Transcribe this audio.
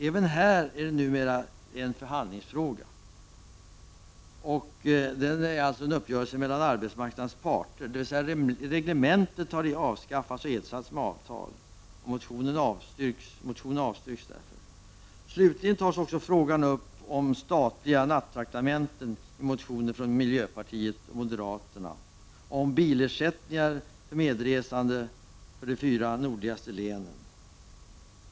Även här är det numera en förhandlingsfråga. Det gäller alltså en uppgörelse mellan arbetsmarknadens parter, dvs. reglementet har avskaffats och ersatts med avtal. Utskottet avstyrker motionen. Slutligen tas frågan om statliga nattraktamenten upp i motioner från miljöpartiet och moderaterna. Det gäller även bilersättningar för medresande och ersättning i de fyra nordligaste länen.